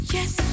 Yes